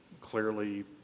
clearly